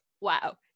wow